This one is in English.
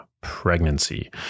pregnancy